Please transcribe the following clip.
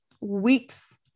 weeks